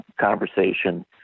conversation